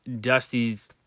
Dusty's